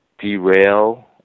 derail